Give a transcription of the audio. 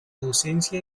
docencia